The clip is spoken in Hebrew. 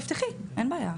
תפתחי, אין בעיה.